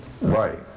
right